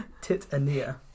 titania